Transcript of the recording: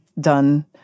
done